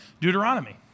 Deuteronomy